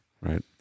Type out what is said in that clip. right